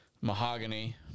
mahogany